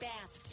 Bath